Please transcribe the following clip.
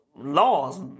laws